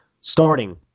starting